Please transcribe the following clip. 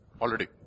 Already